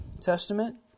Testament